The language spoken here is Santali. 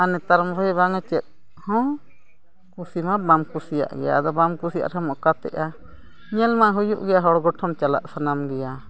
ᱟᱨ ᱱᱮᱛᱟᱨ ᱢᱟ ᱵᱟᱝᱢᱟ ᱪᱮᱫ ᱦᱚᱸ ᱠᱩᱥᱤ ᱢᱟ ᱵᱟᱢ ᱠᱩᱥᱤᱭᱟᱜ ᱜᱮᱭᱟ ᱟᱫᱚ ᱵᱟᱢ ᱠᱩᱥᱤᱭᱟᱜ ᱨᱮᱦᱚᱸᱢ ᱚᱠᱟ ᱛᱮᱫᱚᱜᱼᱟ ᱧᱮᱞ ᱢᱟ ᱦᱩᱭᱩᱜ ᱜᱮᱭᱟ ᱦᱚᱲ ᱜᱚᱴᱷᱚᱱ ᱪᱟᱞᱟᱜ ᱥᱟᱱᱟᱢ ᱜᱮᱭᱟ